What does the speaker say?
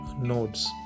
nodes